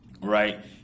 right